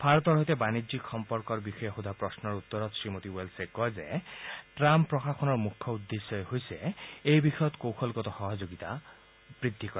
ভাৰতৰ সৈতে বাণিজ্যিক সম্পৰ্কৰ বিষয়ে সোধা প্ৰশ্নৰ উত্তৰ শ্ৰীমতী ৱেলছে কয় যে ট্ৰাম্প প্ৰশাসনৰ মুখ্য উদ্দেশ্যে হৈছে এই বিষয়ত কৌশলগত সহযোগিতা বৃদ্ধি কৰা